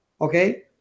Okay